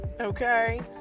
okay